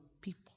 people